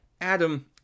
Adam